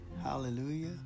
hallelujah